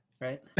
right